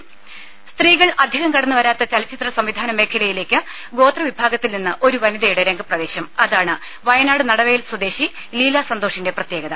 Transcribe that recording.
രുമ സ്ത്രീകൾ അധികം കടന്നുവരാത്ത ചലച്ചിത്ര സംവിധാന മേഖലയിലേക്ക് ഗോത്ര വിഭാഗത്തിൽ നിന്ന് ഒരു വനിതയുടെ രംഗപ്രവേശം അതാണ് വയനാട് നടവയൽ സ്വദേശി ലീലാ സന്തോഷിന്റെ പ്രത്യേകത